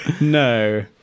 No